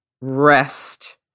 rest